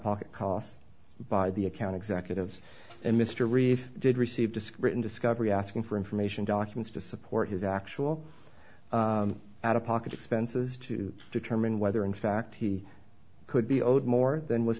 pocket costs by the account executive and mr reith did receive disc written discovery asking for information documents to support his actual out of pocket expenses to determine whether in fact he could be owed more than was